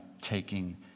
taking